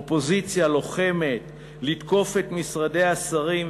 אופוזיציה לוחמת, לתקוף את משרדי השרים.